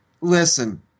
listen